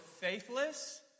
faithless